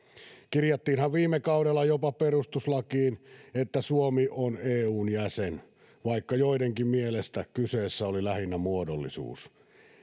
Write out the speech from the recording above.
kirjattiinhan viime kaudella jopa perustuslakiin että suomi on eun jäsen vaikka joidenkin mielestä kyseessä oli lähinnä muodollisuus